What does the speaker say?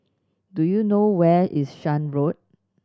do you know where is Shan Road